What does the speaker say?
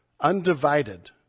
undivided